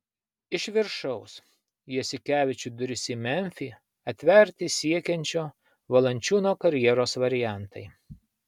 iš viršaus jasikevičiui duris į memfį atverti siekiančio valančiūno karjeros variantai